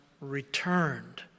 returned